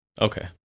Okay